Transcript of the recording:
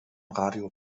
radio